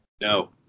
No